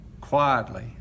quietly